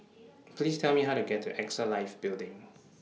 Please Tell Me How to get to AXA Life Building